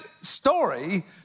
story